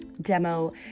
demo